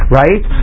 right